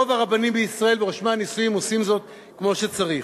רוב הרבנים בישראל ורושמי הנישואים עושים זאת כמו שצריך.